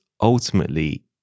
ultimately